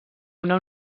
una